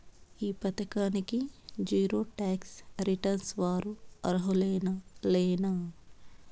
ఈ పథకానికి zero tax returns వారు అర్హులేనా లేనా?